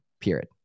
period